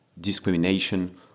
discrimination